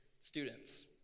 students